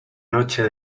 noche